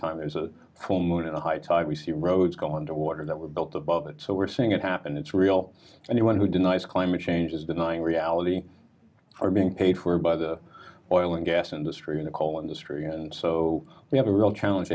time there's a full moon and high tide we see roads going to water that were built above it so we're seeing it happen it's real anyone who denies climate change is denying reality are being paid for by the oil and gas industry in the coal industry and so we have a real challenge